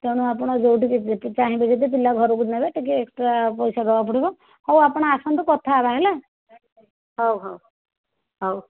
ତେଣୁ ଆପଣ ଯେଉଁଠିକୁ ଯେତେ ଚାହିଁବେ ଯଦି ପିଲା ଘରକୁ ନେବେ ଟିକିଏ ଏକ୍ସଟ୍ରା ପଇସା ଦେବାକୁ ପଡ଼ିବ ହେଉ ଆପଣ ଆସନ୍ତୁ କଥାହେବା ହେଲା ହେଉ ହେଉ ହେଉ